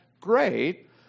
great